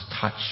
touch